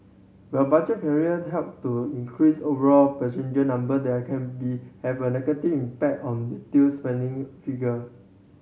while budget carrier help to increase overall passenger number there can have a negative impact on retail spending figure